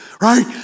right